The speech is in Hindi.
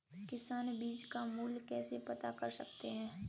किसान बीज का मूल्य कैसे पता कर सकते हैं?